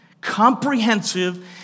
Comprehensive